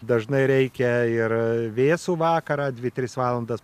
dažnai reikia ir vėsų vakarą dvi tris valandas